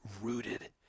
rooted